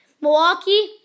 Milwaukee